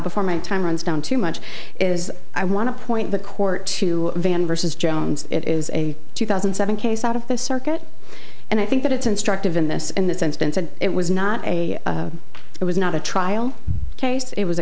before my time runs down too much is i want to point the court to van versus jones it is a two thousand and seven case out of the circuit and i think that it's instructive in this in this instance and it was not a it was not a trial case it was a